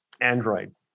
Android